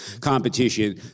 competition